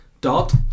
dot